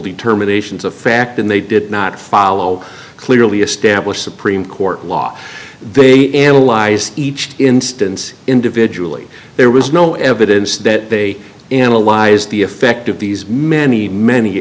determinations of fact and they did not follow clearly established supreme court law they analyzed each instance individually there was no evidence that they analyzed the effect of these many many